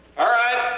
alright,